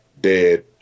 dead